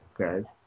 Okay